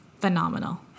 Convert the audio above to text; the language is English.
phenomenal